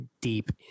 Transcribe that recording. deep